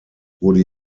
wurde